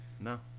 No